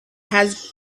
has